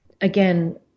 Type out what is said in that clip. Again